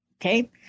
Okay